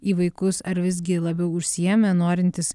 į vaikus ar visgi labiau užsiėmę norintys